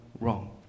wrong